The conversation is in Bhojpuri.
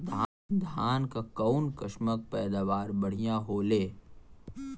धान क कऊन कसमक पैदावार बढ़िया होले?